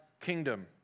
kingdom